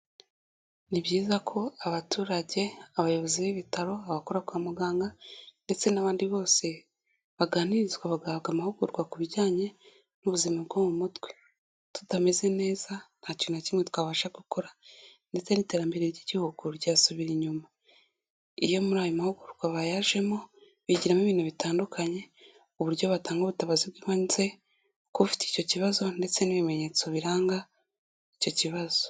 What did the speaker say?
Ni byiza ko abaturage, abayobozi b'ibitaro, abakora kwa muganga, ndetse n'abandi bose, baganirizwa bagahabwa amahugurwa ku bijyanye n'ubuzima bwo mu mutwe, tutameze neza nta kintu na kimwe twabasha gukora, ndetse n'iterambere ry'igihugu ryasubira inyuma, iyo muri ayo mahugurwa bayajemo bigiramo ibintu bitandukanye, uburyo batanga ubutabazi bw'ibanze k'ufite icyo kibazo, ndetse n'ibimenyetso biranga icyo kibazo.